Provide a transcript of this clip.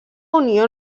unió